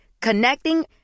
Connecting